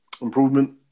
improvement